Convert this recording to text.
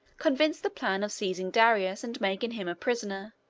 conceived the plan of seizing darius and making him a prisoner,